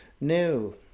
No